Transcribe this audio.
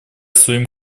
своим